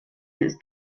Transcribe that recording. it’s